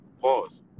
Pause